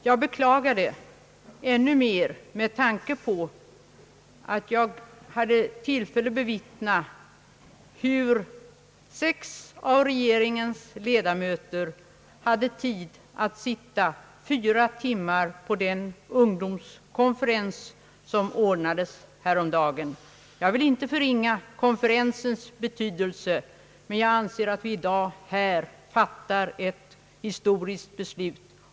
Jag beklagar detta faktum än mer med tanke på att jag hade tillfälle att bevittna att sex av regeringens ledamöter hade tid att sitta fyra timmar på den ungdomskonferens som ordnades härom dagen. Jag vill inte förringa konferensens betydelse, men jag anser att riksdagen i dag fattar ett historiskt beslut.